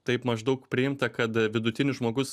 taip maždaug priimta kad vidutinis žmogus